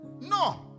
no